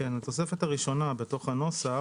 התוספת הראשונה בנוסח,